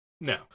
No